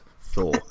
Thor